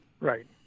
Right